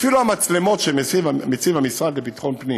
אפילו המצלמות שמציב המשרד לביטחון פנים,